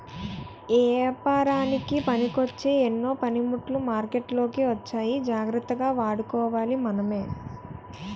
ఏపారానికి పనికొచ్చే ఎన్నో పనిముట్లు మార్కెట్లోకి వచ్చాయి జాగ్రత్తగా వాడుకోవాలి మనమే